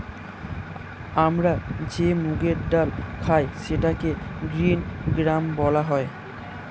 আমরা যে মুগের ডাল খাই সেটাকে গ্রীন গ্রাম বলা হয়